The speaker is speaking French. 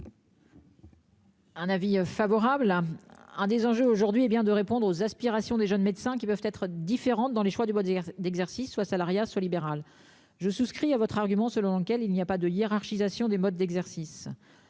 Un avis favorable à un des enjeux aujourd'hui hé bien de répondre aux aspirations des jeunes médecins qui peuvent être différentes dans les choix du d'exercice soit salariat soit libéral. Je souscris à votre argument selon lequel il n'y a pas de hiérarchisation des modes d'exercice.